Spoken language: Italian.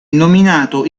nominato